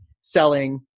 selling